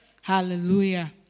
Hallelujah